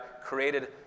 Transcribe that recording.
created